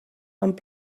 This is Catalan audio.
amb